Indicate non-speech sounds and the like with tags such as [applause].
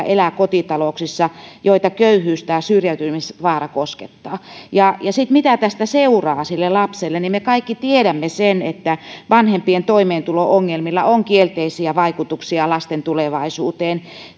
[unintelligible] elää kotitalouksissa joita köyhyys tai syrjäytymisvaara koskettaa ja mitä tästä seuraa sille lapselle niin me kaikki tiedämme sen että vanhempien toimeentulo ongelmilla on kielteisiä vaikutuksia lasten tulevaisuuteen